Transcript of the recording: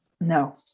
No